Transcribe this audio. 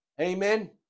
Amen